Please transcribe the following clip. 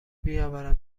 بیاورم